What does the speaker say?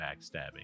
backstabbing